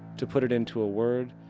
to put it into a word,